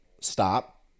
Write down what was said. stop